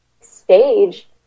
stage